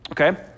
okay